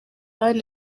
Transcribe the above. hano